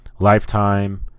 Lifetime